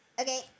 Okay